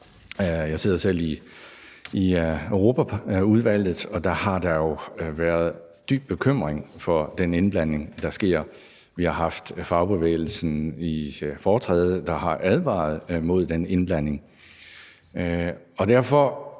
Jeg sidder selv i Europaudvalget, og der har der jo været en dyb bekymring for den indblanding, der sker. Vi har haft fagbevægelsen i foretræde, der har advaret mod den indblanding.